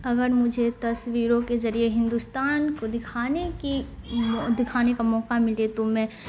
اگر مجھے تصویروں کے ذریعے ہندوستان کو دکھانے کی دکھانے کا موقع ملے تو میں